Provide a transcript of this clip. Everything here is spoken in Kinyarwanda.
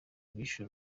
bishe